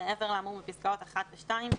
מעבר לאמור בפסקאות (1) ו-(2),